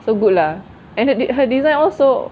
so good lah and the her design all so